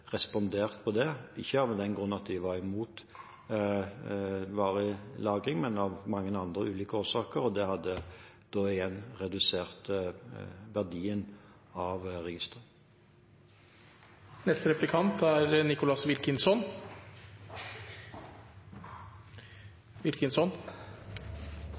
respondert på det, ikke av den grunn at de var imot varig lagring, men av mange andre ulike årsaker. Det hadde igjen redusert verdien av